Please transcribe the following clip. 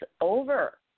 over